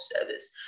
service